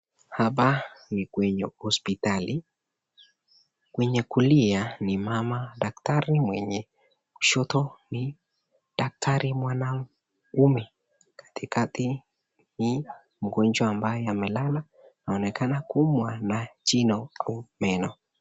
Hapa ni kwenye hospitali. Kwenye kulia ni mama daktari mwenye kushoto ni daktari mwanaume katikati ni mgonjwa mwenye amelala anaonekana kuumwa na jino au meno.